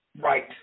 right